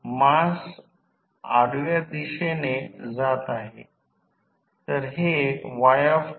काहीही करण्यापूर्वी मी सांगण्याचा प्रयत्न करीत आहे असे समजा की हे फक्त 1 1 वाइंडिंग आहे ज्यामध्ये केवळ 1 वाइंडिंग दिसू शकेल